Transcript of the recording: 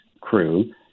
crew